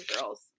girls